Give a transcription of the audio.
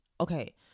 okay